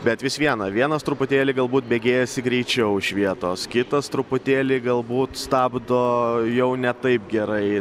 bet vis viena vienas truputėlį galbūt begėjasi greičiau iš vietos kitas truputėlį galbūt stabdo jau ne taip gerai